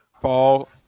fall